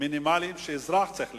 מינימליים שאזרח צריך לקבל.